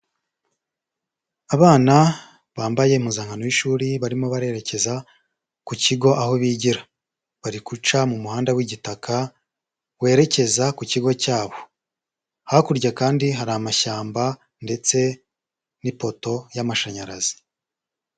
Abana bambaye impuzankano y'ishuri barimo barerekeza ku kigo aho bigira, bari guca mu muhanda w'igitaka werekeza ku kigo cyabo, hakurya kandi hari amashyamba ndetse n'ipoto y'amashanyarazi.